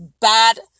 bad